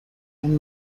اون